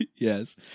Yes